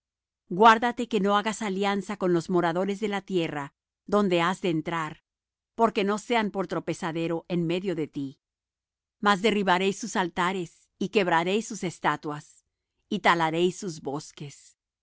guárdate que no hagas alianza con los moradores de la tierra donde has de entrar porque no sean por tropezadero en medio de ti mas derribaréis sus altares y quebraréis sus estatuas y talaréis sus bosques